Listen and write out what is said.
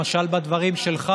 אין חדש במצב החירום הזה.